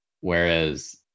Whereas